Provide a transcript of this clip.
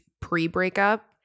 pre-breakup